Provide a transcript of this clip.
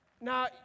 now